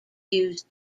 used